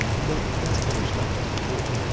but that's never stopped us before.